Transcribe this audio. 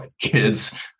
kids